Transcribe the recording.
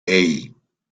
hey